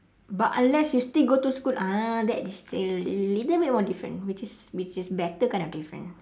but unless you still go school ah that is still a little bit more different which is which is better kind of different